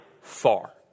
far